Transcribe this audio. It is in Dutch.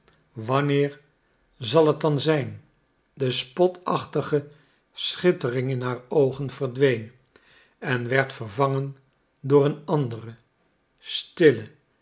wanneer zal het dan zijn de spotachtige schittering in haar oogen verdween en werd vervangen door een anderen stillen